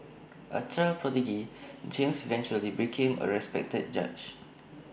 A child prodigy James eventually became A respected judge